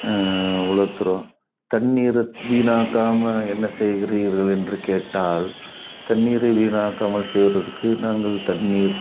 உலர்த்துகிறோம் தண்ணீரை வீணாக்காமல் என்ன செய்கிறீர்கள் என்று கேட்டால் தண்ணீரை வீணாக்காமல் செய்யுறதுக்கு நாங்கள் தண்ணீர்